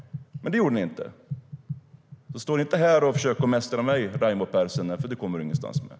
Men det gjorde ni inte.